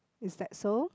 is that so